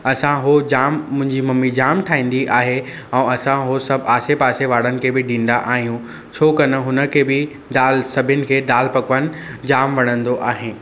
असां हूअ जाम मुंहिंजी मम्मी जाम ठाहींदी आहे ऐं असां हूअ सभु आसे पासे वारनि खे बि ॾींदा आहियूं छाकणि हुनखे बि दालि सभिनि खे दालि पकवान जाम वणंदो आहे